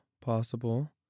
Possible